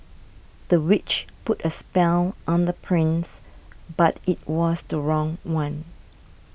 the witch put a spell on the prince but it was the wrong one